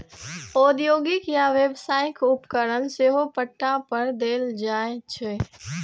औद्योगिक या व्यावसायिक उपकरण सेहो पट्टा पर देल जाइ छै